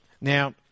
Now